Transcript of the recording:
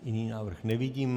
Jiný návrh nevidím.